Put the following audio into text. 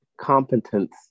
competence